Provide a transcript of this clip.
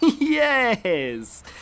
Yes